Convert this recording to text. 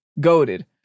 goaded